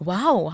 Wow